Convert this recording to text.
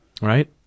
Right